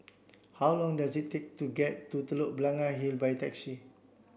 how long does it take to get to Telok Blangah Hill by taxi